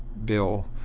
bill,